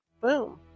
Boom